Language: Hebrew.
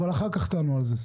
אחר כך תענו על זה.